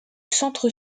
centre